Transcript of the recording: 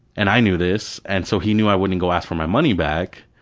and i knew this, and so he knew i couldn't go ask for my money back.